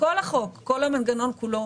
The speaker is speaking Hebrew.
כל המנגנון כולו,